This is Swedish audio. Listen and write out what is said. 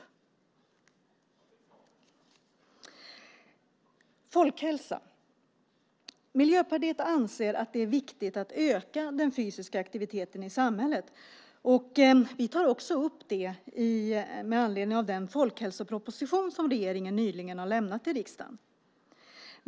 När det gäller folkhälsa anser Miljöpartiet att det är viktigt att öka den fysiska aktiviteten i samhället. Vi tar också upp det med anledning av den folkhälsoproposition som regeringen nyligen har lämnat till riksdagen.